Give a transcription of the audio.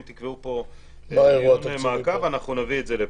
תקבעו פה דיון מעקב אנחנו נביא את זה לפה.